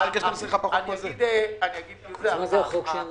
זה עדיין לא הצעת